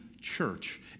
church